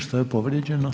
Što je povrijeđeno?